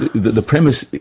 the the premise,